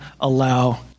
allow